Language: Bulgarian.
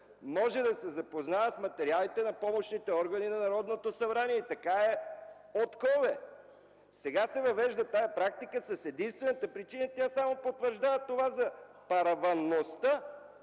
може да се запознае с материалите на помощните органи на Народното събрание. Така е отколе. Сега се въвежда тази практика с единствената причина, а тя само потвърждава това за параванността